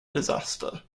disaster